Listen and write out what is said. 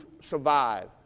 survive